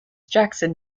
jackson